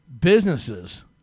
businesses